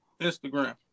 Instagram